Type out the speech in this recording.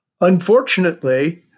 Unfortunately